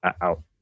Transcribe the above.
out